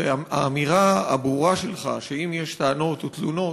והאמירה הברורה שלך שאם יש טענות או תלונות,